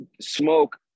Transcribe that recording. Smoke